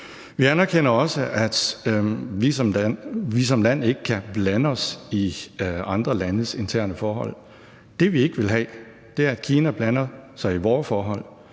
Vi anerkender også, at vi som land ikke kan blande os i andre landes interne forhold. Det, vi ikke vil have, er, at Kina blander sig i vore forhold;